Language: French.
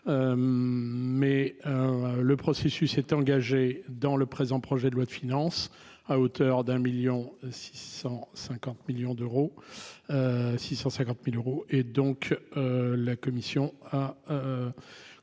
mais le processus est engagé dans le présent projet de loi de finance à hauteur d'un 1000000 650 millions d'euros, 650000 euros et donc la commission a considéré